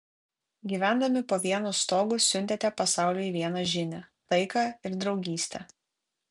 gyvendami po vienu stogu siuntėte pasauliui vieną žinią taiką ir draugystę